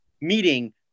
meeting –